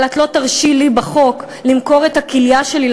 אבל את לא תרשי לי בחוק למכור את הכליה שלי,